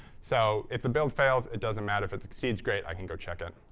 so if the build fails, it doesn't matter if it succeeds. great. i can go check it.